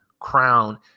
crown